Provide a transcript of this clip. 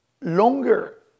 longer